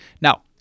Now